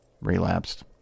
relapsed